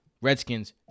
Redskins